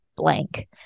blank